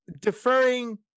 deferring